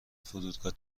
فرودگاه